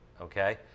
Okay